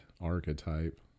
archetype